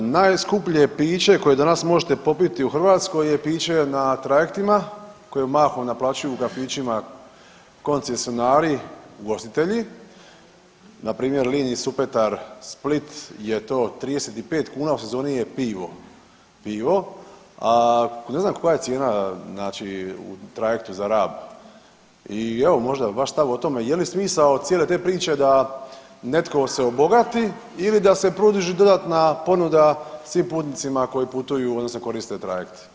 Najskuplje piće koje danas možete popiti u Hrvatskoj je piće na trajektima koji mahom naplaćuju u kafićima koncesionari ugostitelji npr. liniji Supetar – Split je to 35 kuna u sezoni je pivo, pivo, a ne znam koja je cijena znači u trajektu za Rab i evo možda vaš stav o tome je li smisao cijele te priče da netko se obogati ili da se produži dodatna ponuda svim putnicima koji putuju odnosno koriste trajekt.